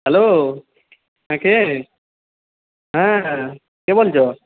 hello হ্যাঁ কে হ্যাঁ কে বলছো